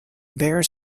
bare